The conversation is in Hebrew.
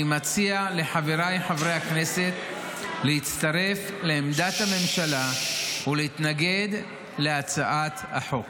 אני מציע לחבריי חברי הכנסת להצטרף לעמדת הממשלה ולהתנגד להצעת החוק.